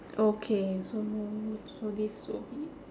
okay so so this will be